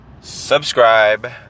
Subscribe